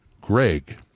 Greg